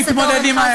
אתם לא עומדים בזמנים.